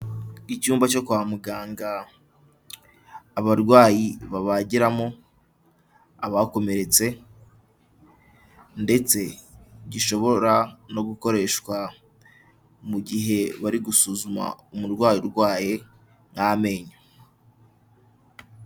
Icyumba cyo kwa muganga, abarwayi babagiramo abakomeretse ndetse gishobora no gukoreshwa mu gihe bari gusuzuma umurwayi urwaye n'amenyo.